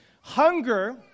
Hunger